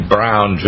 Brown